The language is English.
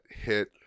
hit